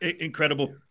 incredible